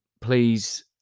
please